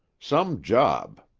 some job.